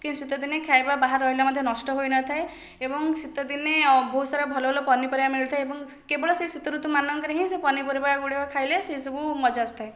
କିନ୍ତୁ ଶୀତଦିନେ ଖାଇବା ବାହାରେ ରହିଲେ ମଧ୍ୟ ନଷ୍ଟ ହୋଇନଥାଏ ଏବଂ ଶୀତଦିନେ ଅ ବହୁତସାରା ଭଲ ଭଲ ପନିପରିବା ମିଳିଥାଏ ଏବଂ କେବଳ ସେହି ଶୀତଋତୁମାନଙ୍କରେ ହିଁ ସେ ପନିପରିବା ଗୁଡ଼ିକ ଖାଇଲେ ସେସବୁ ମଜା ଆସିଥାଏ